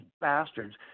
bastards